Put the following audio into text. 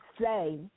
say